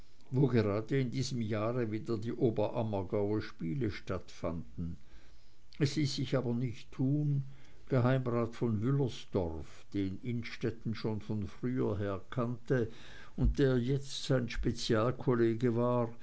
wo gerade in diesem jahr wieder die oberammergauer spiele stattfanden es ließ sich aber nicht tun geheimrat von wüllesdorf den innstetten schon von früher her kannte und der jetzt sein spezialkollege war